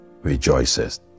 rejoices